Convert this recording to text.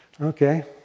Okay